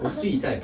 (uh huh)